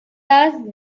thus